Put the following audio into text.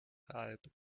alben